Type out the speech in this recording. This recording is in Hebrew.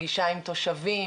פגישה עם תושבים,